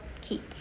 keep